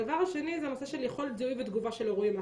הדבר השני זה הנושא של יכולת זיהוי ותגובה של אירועים.